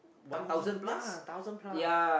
thousand ya thousand plus